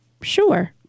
Sure